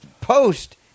post